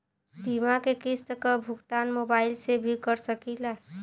बीमा के किस्त क भुगतान मोबाइल से भी कर सकी ला?